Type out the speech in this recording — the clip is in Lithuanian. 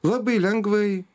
labai lengvai